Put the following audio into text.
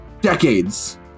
decades